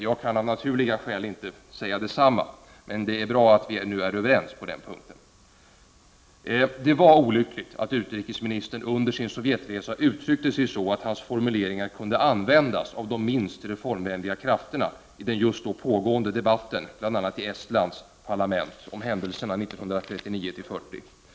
Jag kan av naturliga skäl inte säga detsamma — men det är bra att vi nu är överens i sakfrågan. Det var olyckligt att utrikesministern under sin Sovjetresa uttryckte sig på ett sådant sätt att hans formuleringar kunde användas av de minst reformvänliga krafterna i den just då pågående debatten i bl.a. Estlands parlament om händelserna 1939-1940.